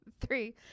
three